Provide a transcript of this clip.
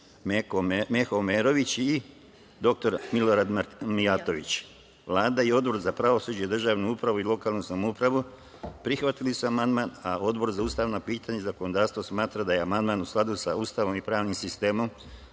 Meho Omerović i dr Milorad Mijatović. Vlada i Odbor za pravosuđe, državnu upravu i lokalnu samoupravu prihvatili su amandman. Odbor za ustavna pitanja i zakonodavstvo smatra da je amandman u skladu sa Ustavom i pravnim sistemom